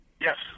Yes